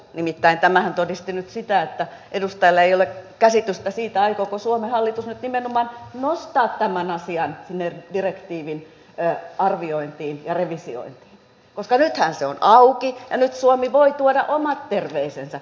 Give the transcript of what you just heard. nimittäin tämähän todisti nyt sitä että edustajalla ei ole käsitystä siitä aikooko suomen hallitus nyt nimenomaan nostaa tämän asian sinne direktiiviarviointiin ja revisiointiin koska nythän se on auki ja nyt suomi voi tuoda omat terveisensä